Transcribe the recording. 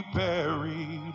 buried